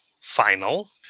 final